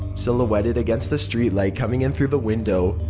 silhouetted against the streetlight coming in through the window,